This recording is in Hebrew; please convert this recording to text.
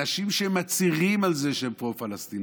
אנשים שמצהירים על זה שהם פרו-פלסטינים,